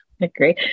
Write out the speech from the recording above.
Agree